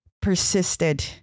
persisted